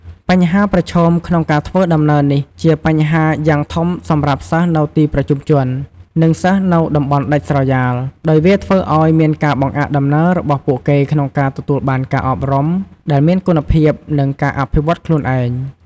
បញ្ហាប្រឈមក្នុងការធ្វើដំណើរនេះជាបញ្ហាយ៉ាងធំសម្រាប់សិស្សនៅទីប្រជុំជន និងសិស្សនៅតំបន់ដាច់ស្រយាល ដោយវាធ្វើអោយមានការបង្អាក់ដំណើររបស់ពួកគេក្នុងការទទួលបានការអប់រំដែលមានគុណភាព និងការអភិវឌ្ឍន៍ខ្លួនឯង។